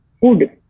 food